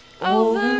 Over